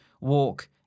walk